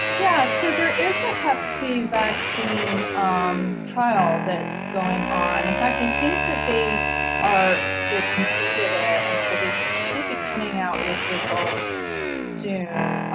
yeah so there is a hep c vaccine um trial that's going on, in fact i think that they are, they've completed it and so they should be coming out with results soon.